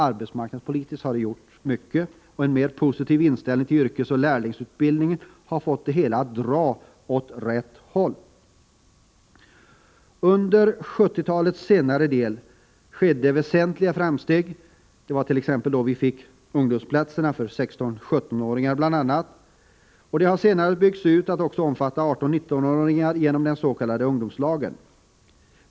Arbetsmarknadspolitiskt har det gjorts mycket, och en mer positiv inställning till yrkesoch lärlingsutbildning har fått det hela att dra åt rätt håll. Under 1970-talets senare del gjordes väsentliga framsteg. Det var då som vi bl.a. fick ungdomsplatserna för 16-17-åringar. Ungdomsplatserna har senare byggts ut till att omfatta också 18-19-åringarna genom den s.k. ungdomslagen.